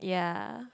ya